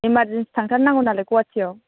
emergency थांथारनांगौ नालाय गुवाहाटियाव